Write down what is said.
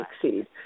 succeed